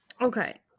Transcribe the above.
okay